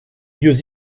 lieux